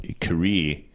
career